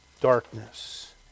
darkness